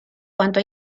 cuanto